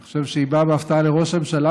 אני חושב שהיא באה בהפתעה לראש הממשלה